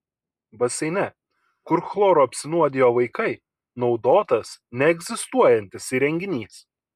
baseine kur chloru apsinuodijo vaikai naudotas neegzistuojantis įrenginys